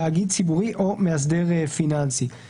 תאגיד ציבורי או מאסדר פיננסי,